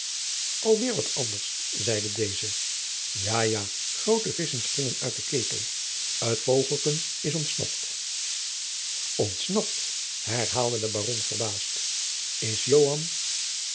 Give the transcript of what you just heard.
weer wat anders zeide deze ja ja groote visschen springen uit den ketel t vogelken is ontsnapt ontsnapt herhaalde de baron verbaasd is